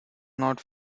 not